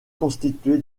constitué